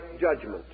judgment